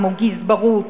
כמו גזברות,